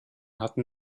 hatten